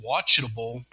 watchable